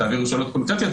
אם תעבירו שאלות קונקרטיות,